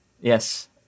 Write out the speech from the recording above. Yes